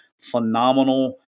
Phenomenal